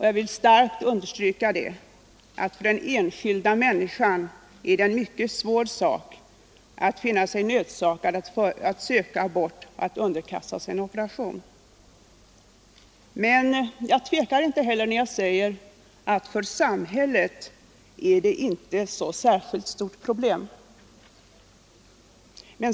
Jag vill starkt understryka att det för den enskilda människan är en mycket svår sak att finna sig nödsakad att söka abort och underkasta sig en operation. Men jag tvekar inte heller när jag säger att det för samhället inte är ett så särskilt stort problem.